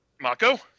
Mako